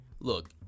Look